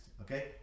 okay